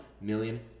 million